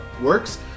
works